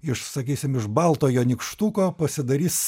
iš sakysim iš baltojo nykštuko pasidarys